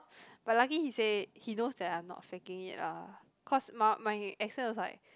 but lucky he say he knows that I'm not faking it ah cause my my accent was like